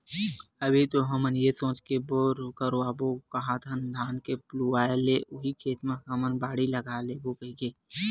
अभी तो हमन ये सोच के बोर करवाबो काहत हन धान के लुवाय ले उही खेत म हमन बाड़ी लगा लेबो कहिके